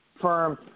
firm